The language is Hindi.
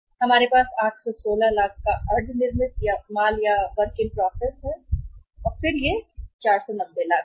तब हमारे पास 816 लाख का WIP है और फिर यह 490 लाख है